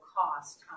cost